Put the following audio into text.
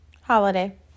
holiday